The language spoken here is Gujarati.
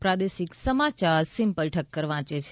પ્રાદેશિક સમાચાર સિમ્પલ ઠક્કર વાંચે છે